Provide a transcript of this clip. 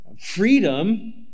freedom